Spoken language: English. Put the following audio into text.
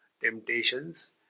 temptations